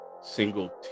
single